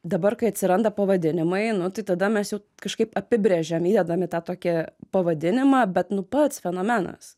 dabar kai atsiranda pavadinimai nu tai tada mes jau kažkaip apibrėžiam įdedam į tą tokį pavadinimą bet nu pats fenomenas